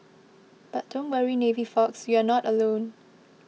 but don't worry navy folks you're not alone